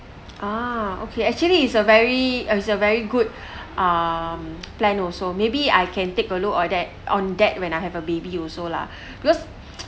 ah okay actually it's a very it's a very good um plan also maybe I can take a look or that on that when I have a baby also lah because